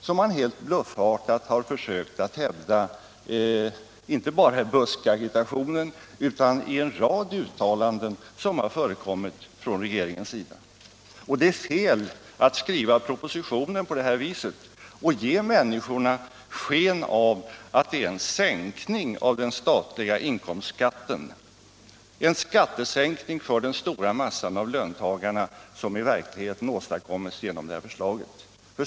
som man helt bluffartat har försökt hävda inte bara i buskagitationen utan också i en rad uttalanden från regeringen. Och det är fel att skriva propositionen på det här viset och ge sken av att det är en sänkning av skatten, en sänkning för den stora massan av löntagare som i verkligheten åstadkoms genom det här förslaget.